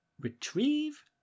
retrieve